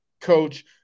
coach